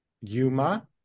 Yuma